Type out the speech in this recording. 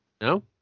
no